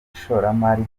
ishoramari